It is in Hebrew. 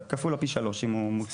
כפול או פי שלושה, אם הוא מוצלח.